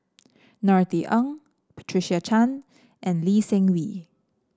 Norothy Ng Patricia Chan and Lee Seng Wee